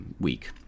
week